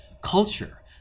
culture